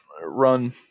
run